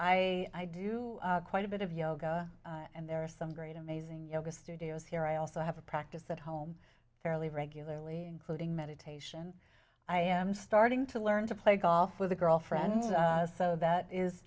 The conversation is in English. tate i do quite a bit of yoga and there are some great amazing yoga studios here i also have a practice at home fairly regularly including meditation i am starting to learn to play golf with a girlfriend so that is